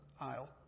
aisle